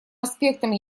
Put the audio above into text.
аспектом